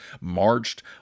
marched